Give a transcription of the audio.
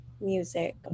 music